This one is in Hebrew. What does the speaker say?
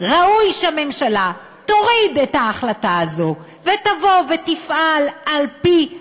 ראוי שהממשלה תוריד את ההחלטה הזאת ותבוא ותפעל על-פי הדין,